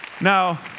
Now